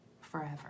forever